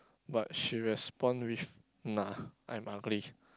but she respond with nah I'm ugly